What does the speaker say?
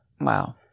Wow